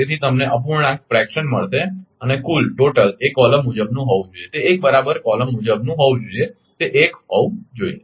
તેથી તમને અપૂર્ણાંક મળશે અને કુલ એ કોલમ મુજબનું હોવું જોઈએ તે 1 બરાબર કોલમ મુજબનું હોવું જોઈએ તે 1 હોવું જોઈએ